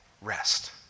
rest